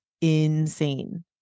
insane